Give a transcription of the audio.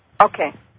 Okay